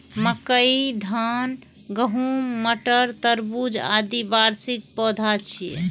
मकई, धान, गहूम, मटर, तरबूज, आदि वार्षिक पौधा छियै